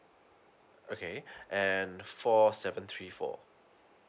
okay and for seven three four